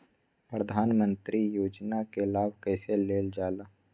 प्रधानमंत्री योजना कि लाभ कइसे लेलजाला?